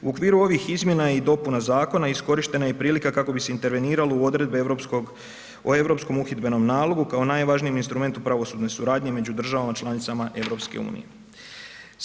U okviru ovih izmjena i dopuna zakona iskorištena je prilika kako bise interveniralo u odredbe o europskom uhidbenom nalogu kao najvažnijem instrumentu pravosudne suradnje među državama članicama EU-a.